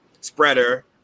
Spreader